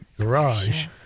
garage